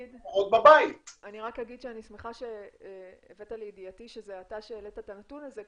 אני שמחה שהבאת לידיעתי שאתה העלית את הנתון הזה.